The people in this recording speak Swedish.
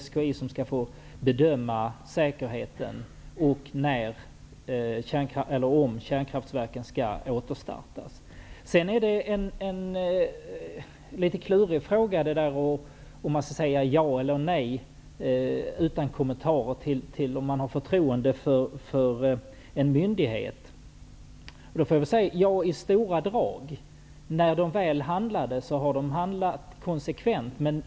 SKI skall bedöma säkerheten och om kärnkraftverken skall återstartas. Det är litet svårt att bara svara ja eller nej utan kommentarer på frågan om man har förtroende för en myndighet. Jag kan svara: Ja, i stora drag. När myndigheten väl handlade, så handlade den konsekvent.